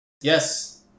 Yes